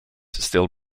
still